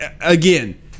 Again